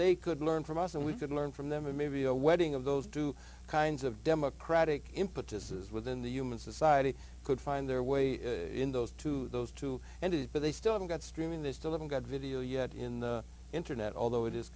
they could learn from us and we could learn from them and maybe a wedding of those two kinds of democratic impetuses within the human society could find their way in those two those two and it but they still haven't got streaming this still haven't got video yet in the internet although it is